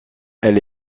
elle